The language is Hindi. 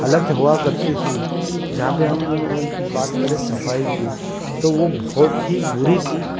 हालत हुआ करती थी जहाँ पर हम बात करें सफाई की तो वह बहुत ही बुरी थी